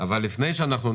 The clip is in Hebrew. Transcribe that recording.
התשפ"ב 2021. לפני כן,